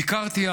ביקרתי,